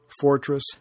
fortress